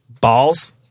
balls